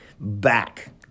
back